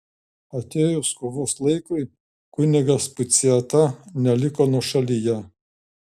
atėjus kovos laikui kunigas puciata neliko nuošalyje